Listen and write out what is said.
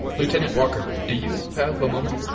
lieutenant walker, do you have a moment?